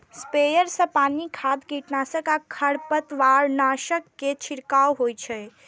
sprayer सं पानि, खाद, कीटनाशक आ खरपतवारनाशक के छिड़काव होइ छै